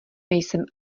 nejsem